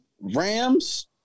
Rams